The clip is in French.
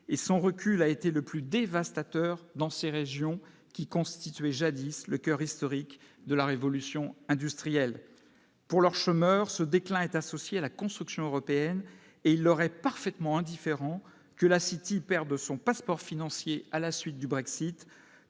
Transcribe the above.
et son recul a été le plus dévastateur dans ces régions qui constituait jadis le coeur historique de la révolution industrielle pour leurs chômeurs ce déclin est associé à la construction européenne et il aurait parfaitement indifférent que la City perde son passeport financier à la suite du Brexit